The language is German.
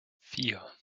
vier